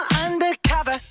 undercover